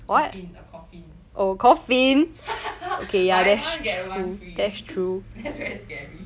coffee a coffin buy one get one free that's very scary